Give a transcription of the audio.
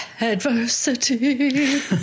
adversity